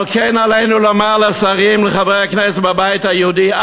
על כן עלינו לומר לשרים ולחברי הכנסת בבית היהודי,